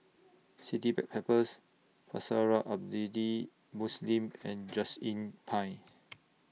City Backpackers Pusara Muslim and Just Inn Pine